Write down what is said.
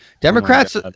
Democrats